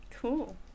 cool